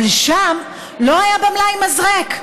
אבל שם לא היה במלאי מזרק.